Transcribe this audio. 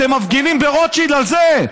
אתם מפגינים ברוטשילד על זה.